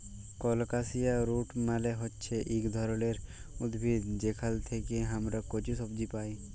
colocasia root মালে হচ্যে ইক ধরলের উদ্ভিদ যেখাল থেক্যে হামরা কচু সবজি পাই